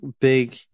big